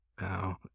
Now